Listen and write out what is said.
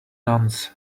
nuns